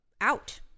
out